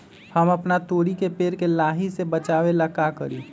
हम अपना तोरी के पेड़ के लाही से बचाव ला का करी?